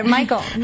Michael